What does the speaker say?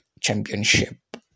championship